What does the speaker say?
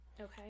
Okay